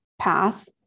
path